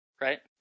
right